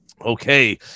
Okay